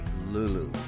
Lulu